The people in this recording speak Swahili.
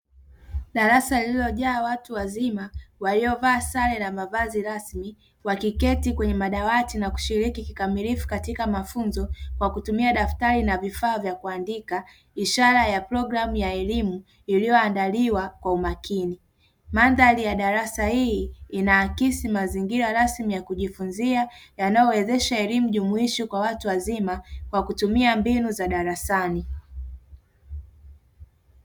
Darasa lililojaa watu wazima waliovaa sare na mavazi rasmi wakiketi kwenye madawati na kushiriki kikamilifu kwenye mafunzo kwa kutumia daftari na vifaa vya kuandika, ishara ya programu ya elimu ililiyoandaliwa kwa umakini. Mandhari ya darasa hii inaakisi mazingira rasmi ya kujifunzia yanayowezesha elimu jumuishi kwa watu wazima kwa kutumia mbinu za darasani.